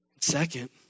Second